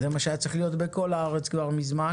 זה מה שהיה צריך להיות בכל הארץ כבר מזמן.